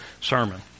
sermon